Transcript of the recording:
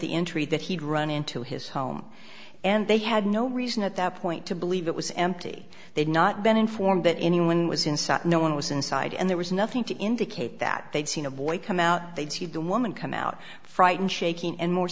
the entry that he'd run into his home and they had no reason at that point to believe it was empty they'd not been informed that anyone was inside no one was inside and there was nothing to indicate that they'd seen a boy come out they'd see the woman come out frightened shaking and more